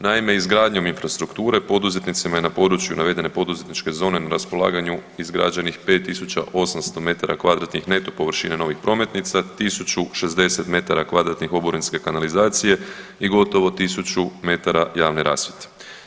Naime, izgradnjom infrastrukture, poduzetnicima je na području navedene poduzetničke zone na raspolaganju izgrađenih 5 800 metara kvadratnih neto površine novih prometnica, 1 060 metara kvadratnih oborinske kanalizacije i gotovo 1 000 m javne rasvjete.